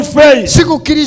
faith